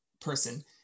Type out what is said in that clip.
person